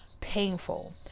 painful